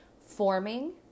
forming